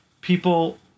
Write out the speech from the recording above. people